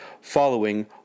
following